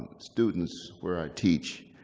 students where i teach